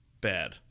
bad